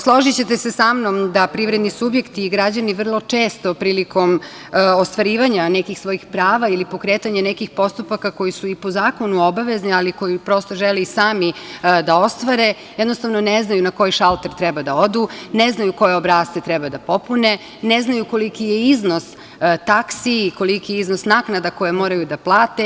Složićete se sa mnom da privredni subjekti i građani vrlo često prilikom ostvarivanja nekih svojih prava ili pokretanja nekih postupaka koji su i po zakonu obavezni, ali koji, prosto, žele i sami da ostvare, jednostavno ne znaju na koji šalter treba da odu, ne znaju koje obrasce treba da popune, ne znaju koliki je iznos taksi i koliki je iznos naknada koje moraju da plate.